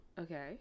Okay